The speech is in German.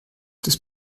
des